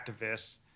activists